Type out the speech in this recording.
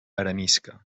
arenisca